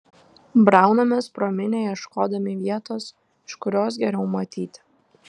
braunamės pro minią ieškodami vietos iš kurios geriau matyti